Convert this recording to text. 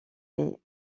est